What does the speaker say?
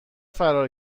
فرار